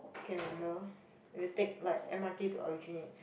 can remember you take like m_r_t to Aljunied